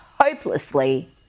hopelessly